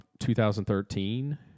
2013